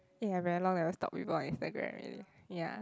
eh I very long never stalk people on Instagram already ya